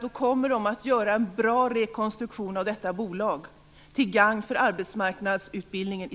Då kommer de att göra en bra rekonstruktion av detta bolag, till gagn för arbetsmarknadsutbildningen i